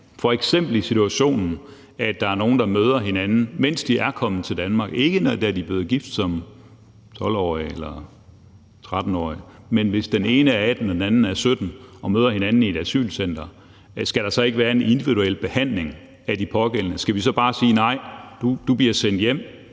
f.eks. i den situation, at der er nogle, der møder hinanden, efter de er kommet til Danmark – ikke da de blev gift som 12-årige eller 13-årige. Men hvis den ene er 18 år og den anden er 17 år og de møder hinanden i et asylcenter, skal der så ikke være en individuel behandling af de pågældende? Skal vi så bare sige: Nej, du bliver sendt hjem